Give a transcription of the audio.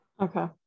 okay